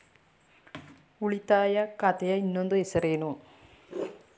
ಉಳಿತಾಯ ಖಾತೆಯ ಇನ್ನೊಂದು ಹೆಸರೇನು?